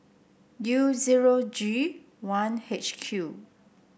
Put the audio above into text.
U zero G one H Q